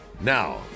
Now